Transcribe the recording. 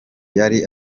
yari